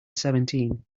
seventeen